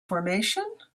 formation